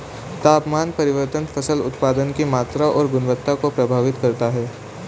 तापमान परिवर्तन फसल उत्पादन की मात्रा और गुणवत्ता को प्रभावित करता है